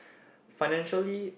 financially